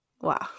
Wow